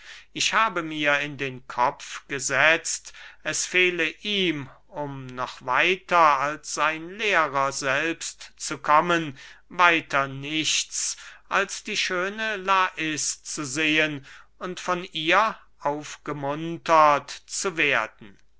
ich habe mir in den kopf gesetzt es fehle ihm um noch weiter als sein lehrer selbst zu kommen weiter nichts als die schöne lais zu sehen und von ihr aufgemuntert zu werden